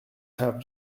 have